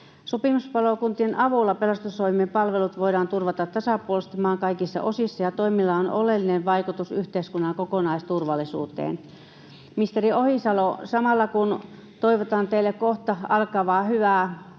Sopimuspalokuntien avulla pelastustoimen palvelut voidaan turvata tasapuolisesti maan kaikissa osissa, ja toimilla on oleellinen vaikutus yhteiskunnan kokonaisturvallisuuteen. Ministeri Ohisalo, samalla kun toivotan teille hyvää kohta alkavaa